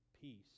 peace